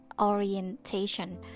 orientation